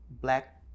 black